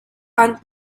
and